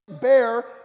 bear